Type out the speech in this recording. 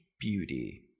beauty